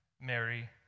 Mary